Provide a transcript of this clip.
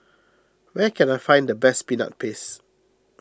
where can I find the best Peanut Paste